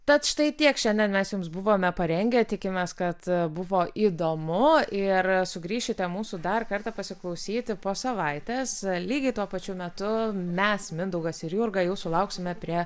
tad štai tiek šiandien mes jums buvome parengę tikimės kad buvo įdomu ir sugrįšite mūsų dar kartą pasiklausyti po savaitės lygiai tuo pačiu metu mes mindaugas ir jurga jūsų lauksime prie